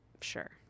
Sure